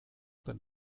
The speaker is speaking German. beim